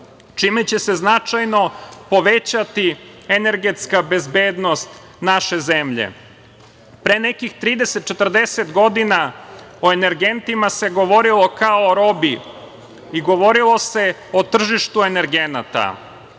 čime će se značajno povećati energetska bezbednost naše zemlje. Pre nekih, 30, 40 godina o energentima se govorilo kao o robi i govorilo se o tržištu energenata. Danas